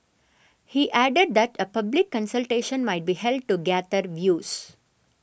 he added that a public consultation might be held to gather views